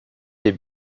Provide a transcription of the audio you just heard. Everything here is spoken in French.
des